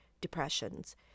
depressions